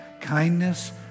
kindness